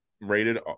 rated